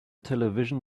television